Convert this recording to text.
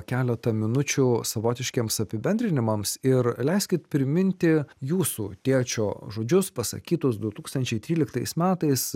keletą minučių savotiškiems apibendrinimams ir leiskit priminti jūsų tėčio žodžius pasakytus du tūkstančiai tryliktais metais